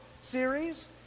series